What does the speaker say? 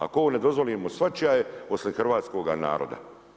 Ako ovo ne dozvolimo svačija je poslije hrvatskoga naroda.